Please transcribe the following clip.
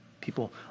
People